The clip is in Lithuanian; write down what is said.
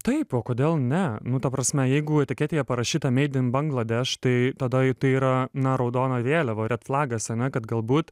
taip o kodėl ne nu ta prasme jeigu etiketėje parašyta meid in bangladeš tai tada tai yra na raudona vėliava red flagas ane kad galbūt